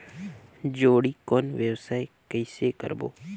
जोणी कौन व्यवसाय कइसे करबो?